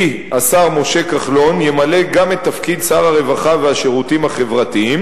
כי השר משה כחלון ימלא גם את תפקיד שר הרווחה והשירותים החברתיים,